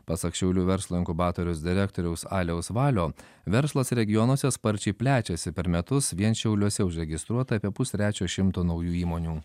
pasak šiaulių verslo inkubatoriaus direktoriaus aliaus valio verslas regionuose sparčiai plečiasi per metus vien šiauliuose užregistruota apie pustrečio šimto naujų įmonių